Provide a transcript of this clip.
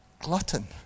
glutton